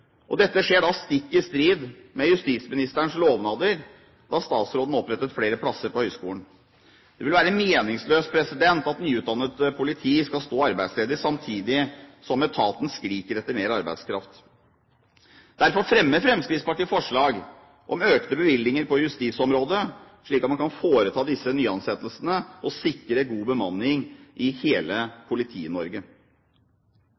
jobb. Dette skjer stikk i strid med justisministerens lovnader da statsråden opprettet flere plasser på høgskolen. Det er meningsløst at nyutdannet politi skal være arbeidsledig samtidig som etaten skriker etter mer arbeidskraft. Derfor fremmer Fremskrittspartiet forslag om økte bevilgninger på justisområdet, slik at man kan foreta nyansettelser og sikre god bemanning i hele